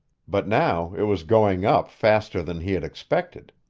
but now it was going up faster than he had expected.